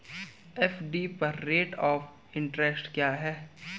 FD पर rate of interest क्या है?